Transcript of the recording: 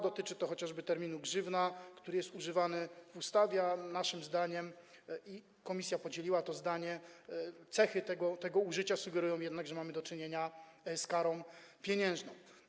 Dotyczy to chociażby terminu „grzywna”, który jest używany w ustawie, a naszym zdaniem - komisja podzieliła to zdanie - cechy tego użycia sugerują jednak, że mamy do czynienia z karą pieniężną.